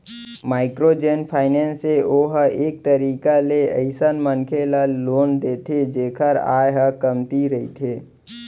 micro जेन finance हे ओहा एक तरीका ले अइसन मनखे ल लोन देथे जेखर आय ह कमती रहिथे